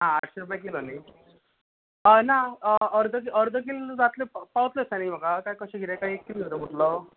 आं आठशे रुपया किलो न्ही हय ना आं अर्द अर्द कील जातले पावतले दिसता न्ही म्हाका कशें कितें काय एक कील दवरतलो